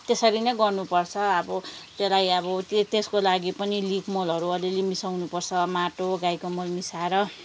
त्यसरी नै गर्नुपर्छ अब त्यसलाई अब त्यो त्यसको लागि पनि लिफमलहरू अलिअलि मिसाउनुपर्छ माटो गाईको मल मिसाएर